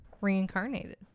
reincarnated